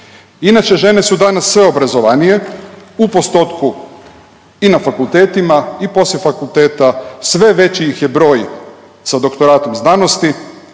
Inače žene su danas sve obrazovanije u postotku i na fakultetima i poslije fakulteta, sve veći ih je broj sa doktoratom znanosti.